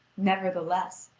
nevertheless,